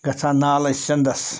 گَژھان نالَے سِنٛدَس